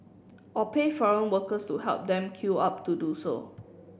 or pay foreign workers to help them queue up to do so